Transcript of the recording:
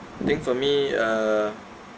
I think for me uh